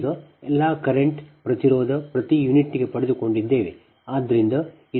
ಈಗ ಎಲ್ಲಾ ಕರೆಂಟ್ ಪ್ರತಿರೋಧ ಪ್ರತಿ ಯೂನಿಟ್ಗೆ ಪಡೆದುಕೊಂಡಿದ್ದೇವೆ